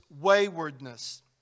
waywardness